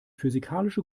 physikalische